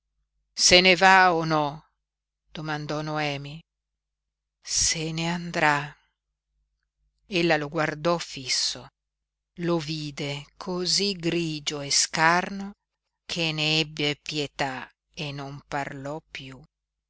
se ne va o no domandò noemi se ne andrà ella lo guardò fisso lo vide cosí grigio e scarno che ne ebbe pietà e non parlò piú